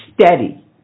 steady